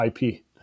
IP